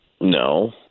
No